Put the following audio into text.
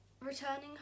returning